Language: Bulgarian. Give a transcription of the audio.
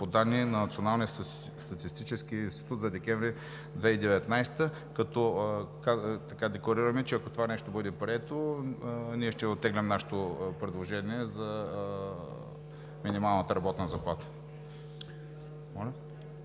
по данни на Националния статистически институт за декември 2019 г.“, като декларираме, че това нещо, ако бъде прието, ние ще оттеглим нашето предложение за минималната работна заплата.